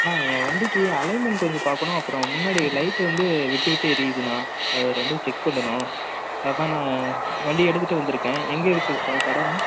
அண்ணா என் வண்டிக்கு அலைமெண்ட் கொஞ்சம் பார்க்கணும் அப்புறம் முன்னாடி லைட்டு வந்து விட்டு விட்டு எரியுதுண்ணா அது ரெண்டும் செக் பண்ணணும் அதுதாணா வண்டி எடுத்துகிட்டு வந்திருக்கேன் எங்கே இருக்குது ஷா கடைண்ணா